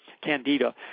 candida